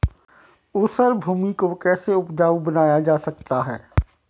ऊसर भूमि को कैसे उपजाऊ बनाया जा सकता है?